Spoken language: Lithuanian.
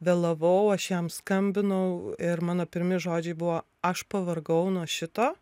vėlavau aš jam skambinau ir mano pirmi žodžiai buvo aš pavargau nuo šito